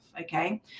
Okay